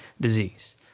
disease